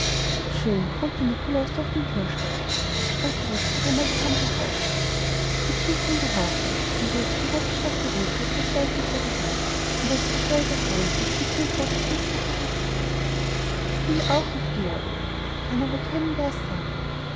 schön brummte nikolaus durch den türspalt strecke jetzt noch einmal die hand heraus mathildchen gehorchte und jetzt berührte statt der rute etwas weiches ihre hand und als sie dieselbe hereinzog hielt sie ein großes lebkuchenherz fest will auch rief georg kann aber keinen vers sagen